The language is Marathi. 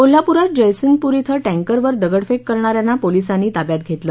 कोल्हापुरात जयसिंगपूर ॐ टँकरवर दगडफेक करणा यांना पोलिसांनी ताब्यात घेतलं